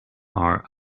are